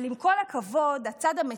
אבל עם כל הכבוד, הצד המטיף,